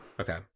Okay